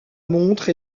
montre